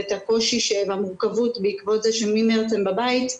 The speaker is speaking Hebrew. ואת הקושי והמורכבות בעקבות זה שממרץ הם בבית.